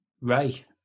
Ray